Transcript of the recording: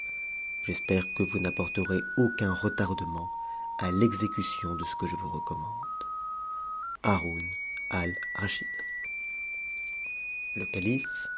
j'espère que vous n'apporterez aucun retardement à l'exécution de ce que je vous recommande haroun alrasctmd le calife